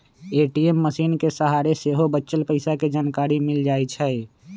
ATM मशीनके सहारे सेहो बच्चल पइसा के जानकारी मिल जाइ छइ